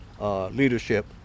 leadership